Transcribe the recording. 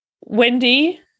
Wendy